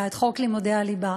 את חוק לימודי הליבה.